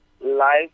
life